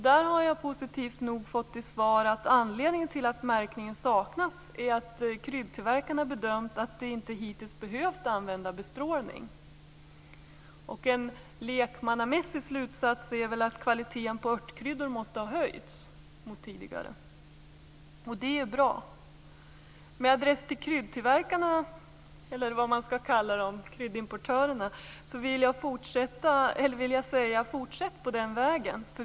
Där har jag, positivt nog, fått till svar att anledningen till att märkningen saknas är att kryddtillverkarna har bedömt att de hittills inte behövt använda bestrålning. En lekmannamässig slutsats är väl att kvaliteten på örtkryddor måste ha höjts jämfört med tidigare, och det är bra. Med adress till kryddtillverkarna, eller kryddimportörerna, vill jag säga: Fortsätt på den vägen!